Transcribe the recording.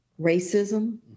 racism